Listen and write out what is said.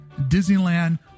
Disneyland